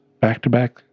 Back-to-back